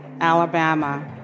Alabama